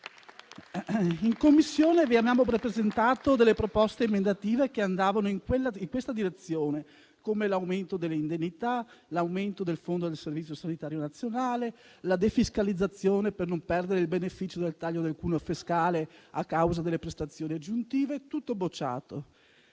In Commissione vi abbiamo presentato delle proposte emendative che andavano in questa direzione, come l'aumento delle indennità, l'aumento del Fondo sanitario nazionale, la defiscalizzazione per non perdere il beneficio del taglio del cuneo fiscale a causa delle prestazioni aggiuntive: tutte proposte